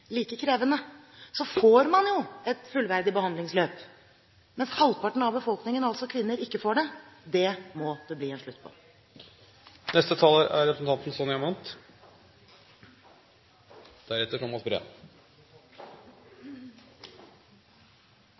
like krevende, får man et fullverdig behandlingsløp, mens halvparten av befolkningen, altså kvinner, ikke får det. Det må det bli en slutt på. Jeg har bare noen kommentarer. Representanten Kari Kjønaas Kjos er